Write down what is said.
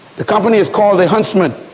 the company is called the huntsman